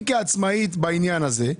היא כעצמאית בעניין הזה,